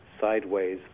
sideways